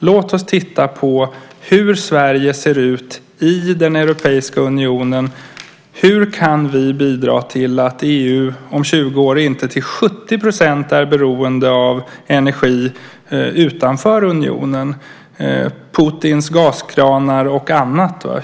Låt oss titta på hur Sverige ser ut i Europeiska unionen och hur vi kan bidra till att EU om 20 år inte till 70 % är beroende av energi som kommer från någonstans utanför unionen - Putins gaskranar och annat.